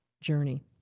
journey